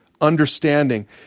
understanding